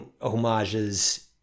homages